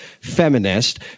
feminist